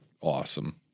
awesome